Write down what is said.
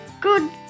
Good